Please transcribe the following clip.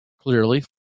clearly